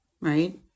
right